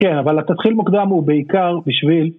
כן, אבל התתחיל מוקדם הוא בעיקר בשביל...